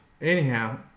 Anyhow